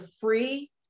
free